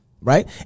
right